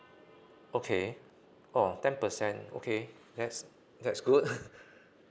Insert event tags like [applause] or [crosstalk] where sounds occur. okay oh ten percent okay that's that's good [laughs]